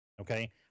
okay